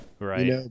Right